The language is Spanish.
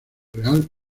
real